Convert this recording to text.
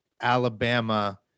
Alabama